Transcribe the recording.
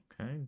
okay